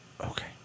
Okay